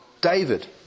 David